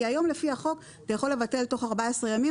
היום לפי החוק אתה יכול לבטל תוך 14 ימים,